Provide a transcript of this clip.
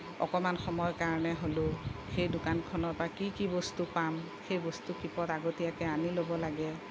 অকণমান সময়ৰ কাৰণে হ'লেও সেই দোকানখনৰ পৰা কি কি বস্তু পাম সেই বস্তু কেইপদ আগতীয়াকৈ আনি ল'ব লাগে